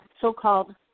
so-called